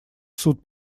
суд